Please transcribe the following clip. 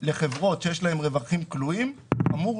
לחברות שיש להן רווחים כלואים אמור